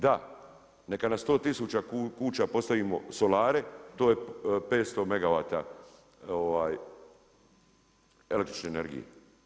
Da, neka na 100 tisuća kuća postavimo solare, to je 500 megavata električne energije.